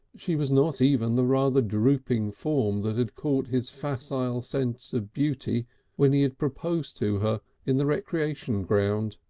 she was not even the rather drooping form that had caught his facile sense of beauty when he had proposed to her in the recreation ground.